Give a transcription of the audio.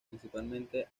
principalmente